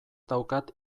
daukat